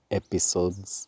episodes